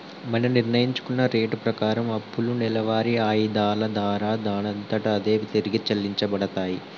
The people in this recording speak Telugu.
మనం నిర్ణయించుకున్న రేటు ప్రకారం అప్పులు నెలవారి ఆయిధాల దారా దానంతట అదే తిరిగి చెల్లించబడతాయి